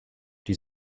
die